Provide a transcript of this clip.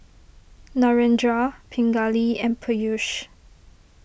Narendra Pingali and Peyush